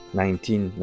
nineteen